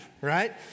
right